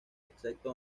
excepto